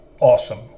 Awesome